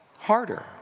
harder